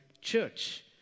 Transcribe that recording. church